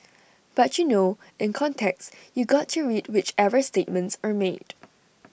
but you know in context you got to read whichever statements are made